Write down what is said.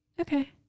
Okay